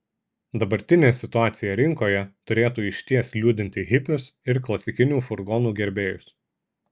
dabartinė situacija rinkoje turėtų išties liūdinti hipius ir klasikinių furgonų gerbėjus